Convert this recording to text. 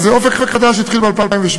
"אופק חדש" התחיל ב-2008.